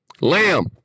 Lamb